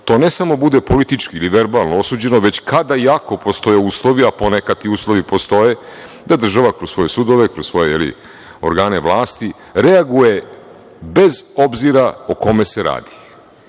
ne samo politički ili verbalno osuđeno, već kada jako postoje uslovi, a ponekad ti uslovi postoje, da država kroz svoje sudove, kroz organe vlasti, reaguje bez obzira o kome se radi. To